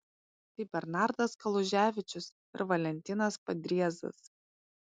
tai bernardas kaluževičius ir valentinas padriezas